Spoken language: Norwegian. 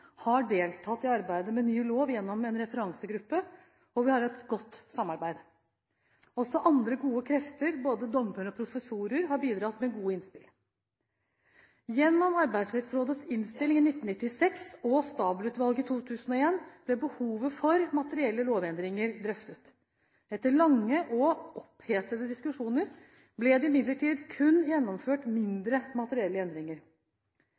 har deltatt i arbeidet med ny lov gjennom en referansegruppe, og vi har hatt et godt samarbeid. Også andre gode krefter, både dommere og professorer, har bidratt med gode innspill. Gjennom Arbeidsrettsrådets innstilling i 1996 og Stabel-utvalget i 2001 ble behovet for materielle lovendringer drøftet. Etter lange og opphetede diskusjoner ble det imidlertid kun gjennomført mindre materielle endringer.